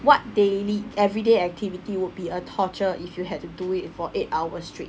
what daily everyday activity would be a torture if you had to do it for eight hours straight